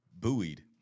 buoyed